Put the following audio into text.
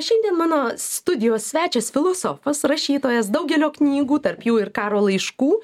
šiandien mano studijos svečias filosofas rašytojas daugelio knygų tarp jų ir karo laiškų